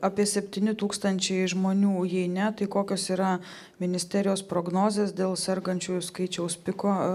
apie septyni tūkstančiai žmonių jei ne tai kokios yra ministerijos prognozės dėl sergančiųjų skaičiaus piko